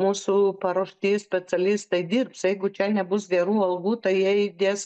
mūsų paruošti specialistai dirbs jeigu čia nebus gerų algų tai jie judės